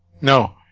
No